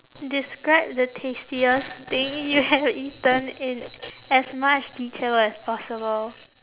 describe the tastiest thing you have eaten in as much detail as possible